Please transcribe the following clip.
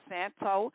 Santo